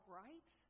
right